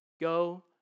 Go